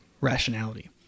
rationality